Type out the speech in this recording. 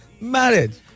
marriage